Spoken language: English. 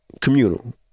communal